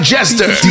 Jester